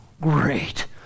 great